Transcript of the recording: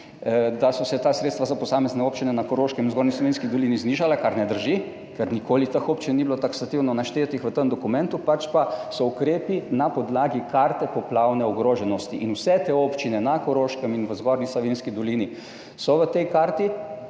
da so se ta sredstva za posamezne občine na Koroškem, v Zgornji Savinjski dolini znižala, kar ne drži, ker nikoli teh občin ni bilo taksativno naštetih v tem dokumentu, pač pa so ukrepi na podlagi karte poplavne ogroženosti in vse te občine na Koroškem in v Zgornji Savinjski dolini so na tej karti.